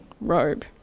robe